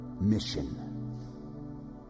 mission